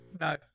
No